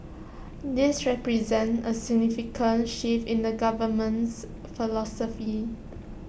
this represents A significant shift in the government's philosophy